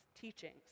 teachings